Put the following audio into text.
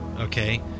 Okay